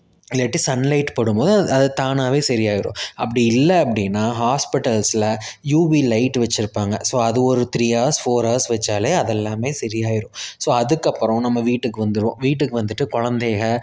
இல்லாட்டி sun light படும் போது அது அது தானாகவே சரியாயிடும் அப்படி இல்லை அப்படின்னா ஹாஸ்பிட்டல்ஸ்ல யூவி லைட் வச்சிருப்பாங்க ஸோ அது ஒரு த்ரீ ஹார்ஸ் ஃபோர் ஹார்ஸ் வச்சாலே அதெல்லாமே சரியாயிடும் ஸோ அதுக்கப்புறம் நம்ம வீட்டுக்கு வந்துடுவோம் வீட்டுக்கு வந்துட்டு குலந்தைய